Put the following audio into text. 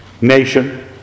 nation